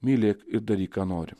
mylėk ir daryk ką nori